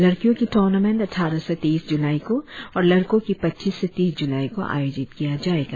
लड़कियों की प्रतियोगिता अट्ठारह से तेईस जुलाई को और लड़को की पच्चीस से तीस जुलाई को आयोजित किया जाएगा